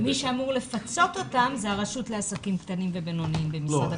מי שאמור לפצות אותם זאת הרשות לעסקים קטנים ובינוניים במשרד הכלכלה.